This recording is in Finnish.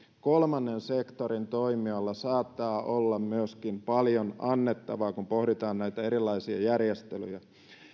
kolmannen sektorin toimijalla saattaa olla myöskin paljon annettavaa kun pohditaan näitä erilaisia järjestelyjä